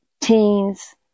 teens